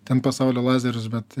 ten pasaulio lazerius bet